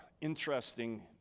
interesting